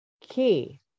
Key